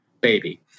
baby